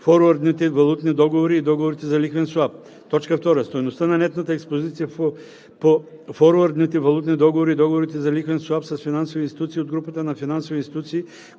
форуърдните валутни договори и договорите за лихвен cyaп; 2. стойността на нетната експозиция по форуърдните валутни договори и договорите за лихвен cyaп с финансови институции от групата и финансови институции,